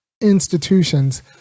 institutions